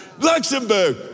Luxembourg